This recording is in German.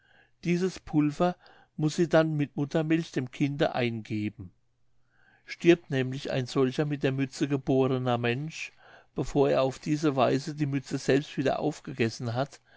dieses pulver muß sie dann mit muttermilch dem kinde eingeben stirbt nämlich ein solcher mit der mütze geborner mensch bevor er auf diese weise die mütze selbst wieder aufgegessen hat